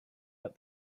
out